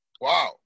Wow